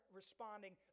responding